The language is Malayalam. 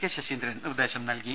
കെ ശശീന്ദ്രൻ നിർദേശം നൽകി